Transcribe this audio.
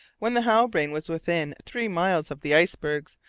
when the halbrane was within three miles of the icebergs,